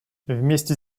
вместе